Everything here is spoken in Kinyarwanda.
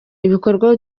ibikorwa